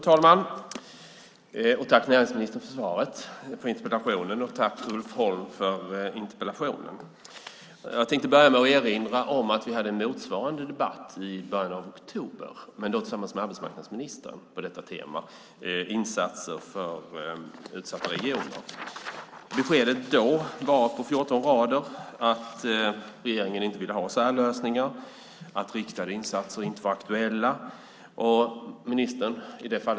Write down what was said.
Fru talman! Tack, näringsministern för svaret på interpellationen, och tack, Ulf Holm, för interpellationen! Jag tänkte börja med att erinra om att vi hade en motsvarande debatt i början av oktober, men då tillsammans med arbetsmarknadsministern på detta tema, det vill säga insatser för utsatta regioner. Beskedet då, på 14 rader, var att regeringen inte ville ha särlösningar och att riktade insatser inte var aktuella.